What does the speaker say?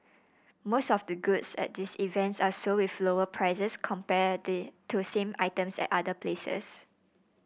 most of the goods at these events are sold with lower prices compared to same items at other places